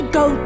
go